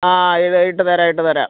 ആ ഇത് ഇട്ടു തരാം ഇട്ടു തരാം